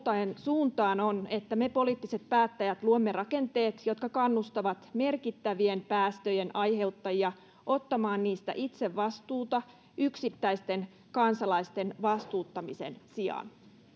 askel uuteen suuntaan on että me poliittiset päättäjät luomme rakenteet jotka kannustavat merkittävien päästöjen aiheuttajia ottamaan niistä itse vastuuta yksittäisten kansalaisten vastuuttamisen sijaan